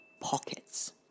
Pockets